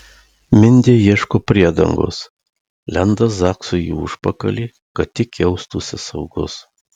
mindė ieško priedangos lenda zaksui į užpakalį kad tik jaustųsi saugus